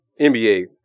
NBA